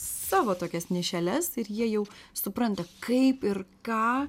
savo tokias nišeles ir jie jau supranta kaip ir ką